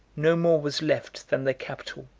no more was left than the capital,